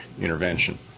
intervention